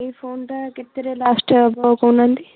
ଏଇ ଫୋନ୍ଟା କେତେରେ ଲାଷ୍ଟ ହେବ କହୁନାହାଁନ୍ତି